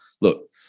look